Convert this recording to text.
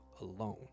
alone